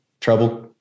trouble